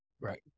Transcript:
Right